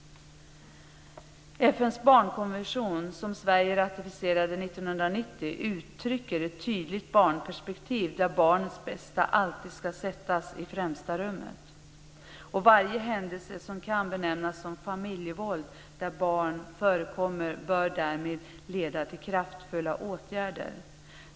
1990, uttrycker ett tydligt barnperspektiv där barnets bästa alltid ska sättas i främsta rummet. Varje händelse som kan benämnas familjevåld där barn förekommer bör därmed leda till kraftfulla åtgärder.